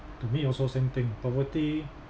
to me also same thing poverty